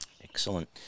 Excellent